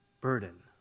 burden